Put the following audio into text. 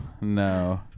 no